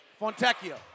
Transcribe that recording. Fontecchio